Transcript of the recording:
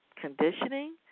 conditioning